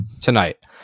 tonight